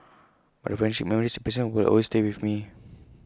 but the friendships memories and experiences will always stay with me